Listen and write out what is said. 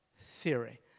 theory